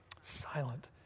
Silent